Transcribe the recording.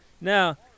Now